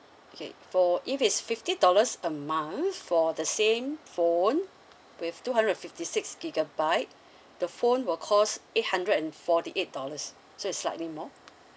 okay for if it's fifty dollars a month for the same phone with two hundred and fifty six gigabyte the phone will cost eight hundred and forty eight dollars so it's slightly more